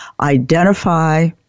identify